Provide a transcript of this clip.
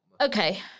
Okay